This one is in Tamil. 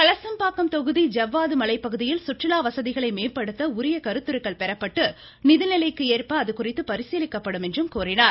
கலசம்பாக்கம் தொகுதி ஜவ்வாது மலைப்பகுதியில் குற்றுலா வசதிகளை மேம்படுத்த உரிய கருத்துருக்கள் பெறப்பட்டு நிதிநிலைக்கு ஏற்ப அதுகுறித்து பரிசீலிக்கப்படும் என்று கூறினார்